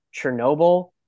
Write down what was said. Chernobyl